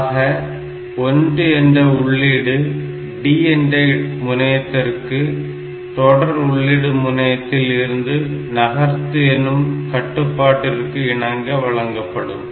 ஆக 1 என்ற உள்ளீடு D என்ற முனையத்திற்கு தொடர் உள்ளீடு முனையத்தில் இருந்து நகர்த்து என்னும் கட்டுப்பாட்டிற்கு இணங்க வழங்கப்படும்